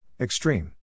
Extreme